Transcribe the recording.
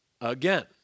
Again